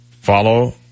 follow